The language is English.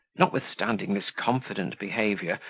notwithstanding this confident behaviour,